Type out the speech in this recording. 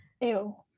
ew